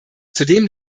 zudem